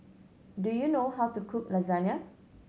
do you know how to cook Lasagne